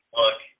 look